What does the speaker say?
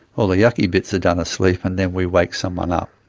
all the yucky bits are done asleep, and then we wake someone up.